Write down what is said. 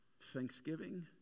Thanksgiving